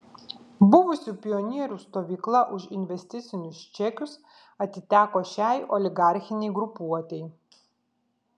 buvusių pionierių stovykla už investicinius čekius atiteko šiai oligarchinei grupuotei